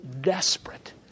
desperate